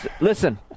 Listen